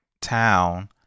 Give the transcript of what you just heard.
town